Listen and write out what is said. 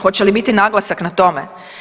Hoće li biti naglasak na tome?